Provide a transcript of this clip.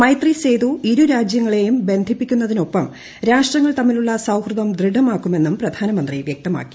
മൈത്രി സേതു ഇരുരാജൃങ്ങളേയും ബന്ധിപ്പിക്കുന്നതിനോടൊപ്പം രാഷ്ട്രങ്ങൾ തമ്മിലുള്ള സൌഹൃദം ദൃഢമാക്കുമെന്നും പ്രധാന മന്ത്രി വ്യക്തമാക്കി